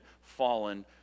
fallen